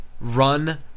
Run